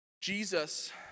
Jesus